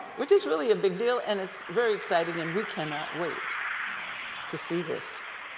which is really a big deal. and it's very exciting and we cannot wait to see this.